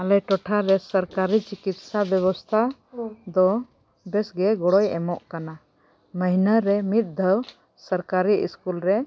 ᱟᱞᱮ ᱴᱚᱴᱷᱟ ᱨᱮ ᱥᱚᱨᱠᱟᱨᱤ ᱪᱤᱠᱤᱛᱥᱟ ᱵᱮᱵᱚᱥᱛᱷᱟ ᱫᱚ ᱵᱮᱥ ᱜᱮ ᱜᱚᱲᱚᱭ ᱮᱢᱚᱜ ᱠᱟᱱᱟ ᱢᱟᱹᱦᱱᱟᱹ ᱨᱮ ᱢᱤᱫ ᱫᱷᱟᱣ ᱥᱚᱨᱠᱟᱨᱤ ᱨᱮ